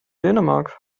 dänemark